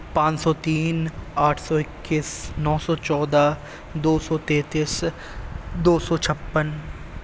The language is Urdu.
پانچ سو تین آٹھ سو اکیس نو سو چودہ دو سو تینتیس دو سو چھپن